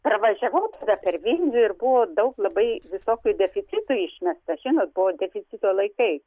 pravažiavau per vilnių ir buvo daug labai visokių deficitų išmesta žinot buvo deficito laikai